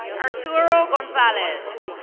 arturo gonzolzes.